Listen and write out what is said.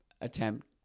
attempt